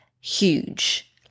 Huge